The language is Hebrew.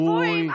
הם צבועים.